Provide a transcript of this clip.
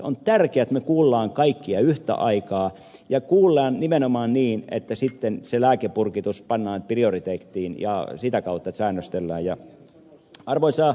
on tärkeää että me kuulemme kaikkia yhtä aikaa ja kuulemme nimenomaan niin että sitten se lääkepurkitus pannaan prioriteettiin ja sitä kautta säännöstellään